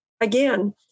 again